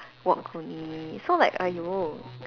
walk only so like !aiyo!